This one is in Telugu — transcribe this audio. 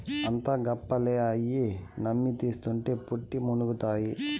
అంతా గప్పాలే, అయ్యి నమ్మి తీస్కుంటే పుట్టి మునుగుతాది